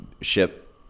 ship